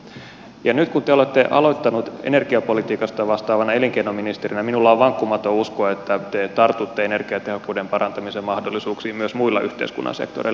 ja nyt kun te olette aloittanut energiapolitiikasta vastaavana elinkeinoministerinä minulla on vankkumaton usko että te tartutte energiatehokkuuden parantamisen mahdollisuuksiin myös muilla yhteiskunnan sektoreilla